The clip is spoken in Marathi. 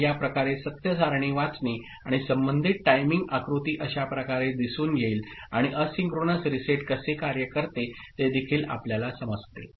तर या प्रकारे सत्य सारणी वाचणे आणि संबंधित टाइमिंग आकृती अशा प्रकारे दिसून येईल आणि असिंक्रोनस रीसेट कसे कार्य करते ते देखील आपल्याला समजते